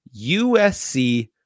USC